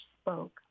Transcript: spoke